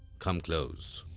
come close.